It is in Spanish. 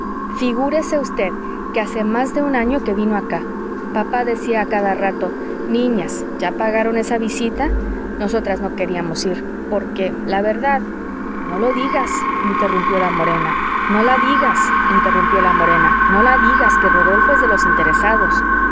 figúrese usted que hace más de un año que vino acá papá decía a cada rato niñas ya pagaron esa visita nosotras no queríamos ir porque la verdad no la digas interrumpió la morena no la digas que rodolfo es de los interesados